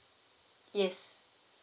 yes